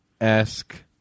esque